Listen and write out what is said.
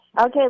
Okay